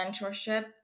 mentorship